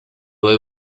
will